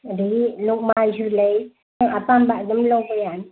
ꯑꯗꯒꯤ ꯂꯨꯛꯃꯥꯏꯁꯨ ꯂꯩ ꯅꯪ ꯑꯄꯥꯝꯕ ꯑꯗꯨꯝ ꯂꯧꯕ ꯌꯥꯅꯤ